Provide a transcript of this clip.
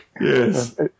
Yes